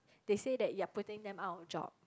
they say that you are putting them out of job